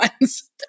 ones